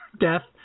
death